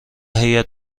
هیات